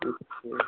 ठीक है